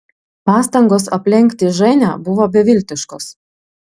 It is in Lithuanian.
pastangos aplenkti ženią buvo beviltiškos